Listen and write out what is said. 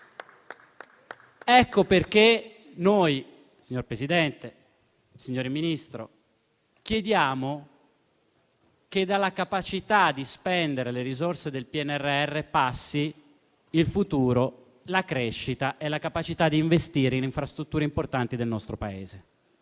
Ecco perché, signor Presidente e signor Ministro, chiediamo che dalla capacità di spendere le risorse del PNRR passino il futuro, la crescita e la capacità di investire in infrastrutture importanti per il nostro Paese.